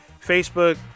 Facebook